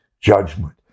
judgment